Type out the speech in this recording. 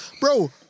bro